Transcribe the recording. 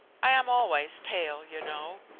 i am always pale, you know.